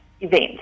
event